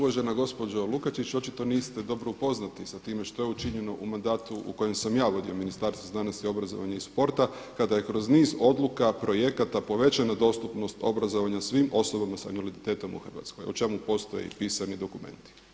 Uvažena gospođo Lukačić očito niste dobro upoznati sa time što je učinjeno u mandatu u kojem sa ja vodio Ministarstvo znanosti, obrazovanja i sporta kada je kroz niz odluka, projekata povećana dostupnost obrazovanja svim osobama s invaliditetom u Hrvatskoj o čemu postoji pisani dokumenti.